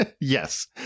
Yes